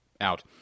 out